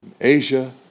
Asia